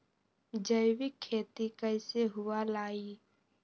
जैविक खेती कैसे हुआ लाई?